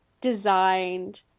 designed